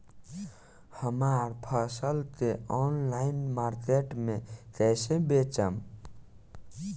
हमार फसल के ऑनलाइन मार्केट मे कैसे बेचम?